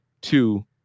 Two